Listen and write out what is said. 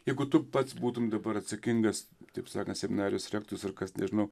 jeigu tu pats būtum dabar atsakingas taip sakant seminarijos rektorius ir kas nežinau